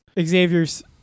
Xavier's